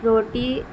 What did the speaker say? روٹی